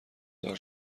دار